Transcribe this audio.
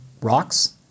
rocks